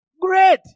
Great